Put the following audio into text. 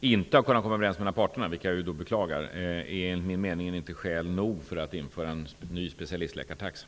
inte har kunnat komma överens mellan parterna, vilket jag beklagar, är enligt min mening inte skäl nog för att införa en ny specialistläkartaxa.